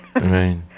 Right